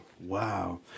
Wow